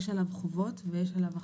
יש עליו חובות ויש עליו אחריות.